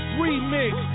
remix